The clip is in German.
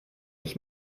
ich